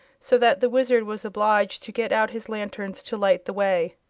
so that the wizard was obliged to get out his lanterns to light the way.